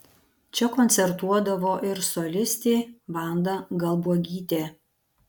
čia koncertuodavo ir solistė vanda galbuogytė